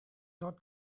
not